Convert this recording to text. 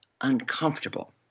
uncomfortable